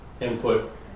input